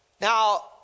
Now